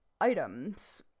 items